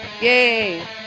Yay